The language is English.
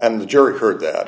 and the jury heard that